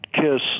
Kiss